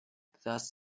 thus